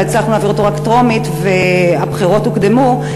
אבל הצלחנו להעביר אותו רק בטרומית והבחירות הוקדמו.